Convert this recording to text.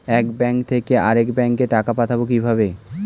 এক ব্যাংক থেকে আরেক ব্যাংকে টাকা পাঠাবো কিভাবে?